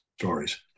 stories